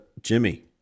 Jimmy